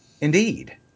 Indeed